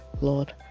Lord